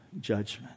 judgment